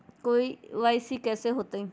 KYC कैसे होतई?